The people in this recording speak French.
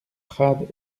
prades